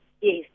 yes